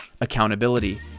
accountability